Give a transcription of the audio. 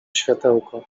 światełko